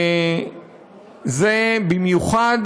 וזה במיוחד,